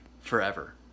forever